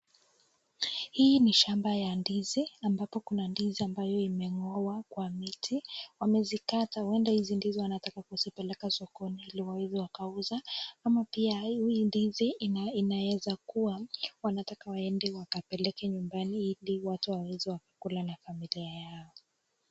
Hii ni shamba ya ndizi ambapo kuna ndizi ambazo zimeng'owa kwa miti. Wamezikata hunda hizi ndizi wanataka kuzipeleka sokoni ili waweze wakauza, ama pia hii ndizi inaeza kuwa wanata waende wakapeleke nyumbani ili watu waweze na familia yao.